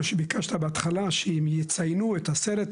מה שביקשת בהתחלה שהם יציינו את עשרת